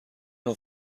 نوع